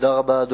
תודה רבה.